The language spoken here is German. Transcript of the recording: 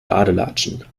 badelatschen